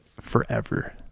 forever